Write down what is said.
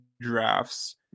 Drafts